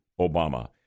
Obama